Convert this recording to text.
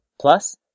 Plus